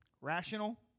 Rational